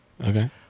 Okay